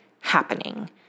happening